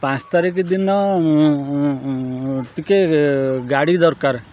ପାଞ୍ଚ ତାରିଖ ଦିନ ଟିକେ ଗାଡ଼ି ଦରକାର